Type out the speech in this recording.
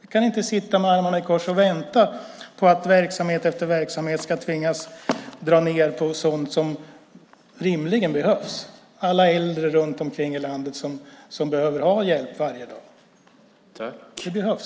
Vi kan inte sitta med armarna i kors och vänta på att verksamhet efter verksamhet ska tvingas dra ned på sådant som rimligen behövs, till exempel alla äldre runt omkring i landet som behöver ha hjälp varje dag. Det behövs!